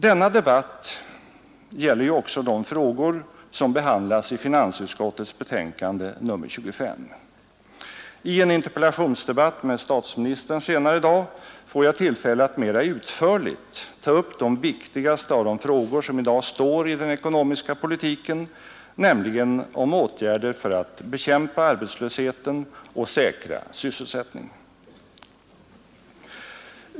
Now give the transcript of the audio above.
Denna debatt gäller också de frågor som behandlas i finansutskottets betänkande nr 25. I en interpellationsdebatt med statsministern senare i dag får jag tillfälle att mera utförligt ta upp den viktigaste av de frågor som i dag står i den ekonomiska politiken, nämligen frågan om åtgärder för att bekämpa arbetslösheten och säkra sysselsättningen.